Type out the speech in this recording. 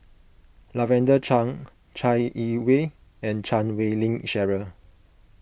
Lavender Chang Chai Yee Wei and Chan Wei Ling Cheryl